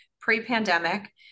pre-pandemic